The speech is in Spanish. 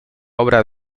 obra